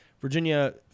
Virginia